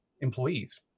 employees